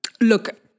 look